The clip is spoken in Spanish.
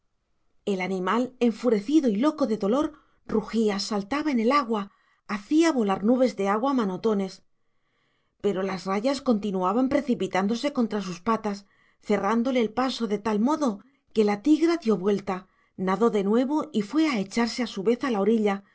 el animal enfurecido y loco de dolor rugía saltaba en el agua hacia volar nubes de agua a manotones pero las rayas continuaban precipitándose contra sus patas cerrándole el paso de tal modo que la tigra dio vuelta nadó de nuevo y fue a echarse a su vez a la orilla